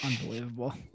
Unbelievable